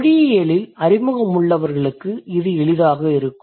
மொழியியலில் அறிமுகம் உள்ளவர்களுக்கு இது எளிதாக இருக்கும்